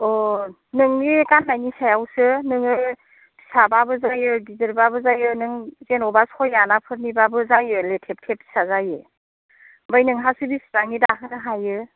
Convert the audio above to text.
नोंनि गाननायनि सायावसो नोङो फिसाबाबो जायो गिदिरबाबो जायो नों जेन'बा सय आना फोरनिबाबो जायो लेथेब थेब फिसा जायो आमफ्राय नोंहासो बिसिबांनि दाहोनो हायो